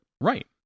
Right